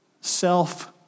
self